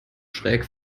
schräg